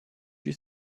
you